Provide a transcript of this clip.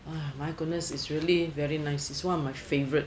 my goodness it's really very nice it's one of my favourite